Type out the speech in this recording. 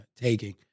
taking